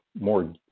more